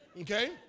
Okay